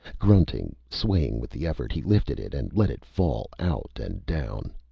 grunting, swaying with the effort, he lifted it and let it fall, out and down.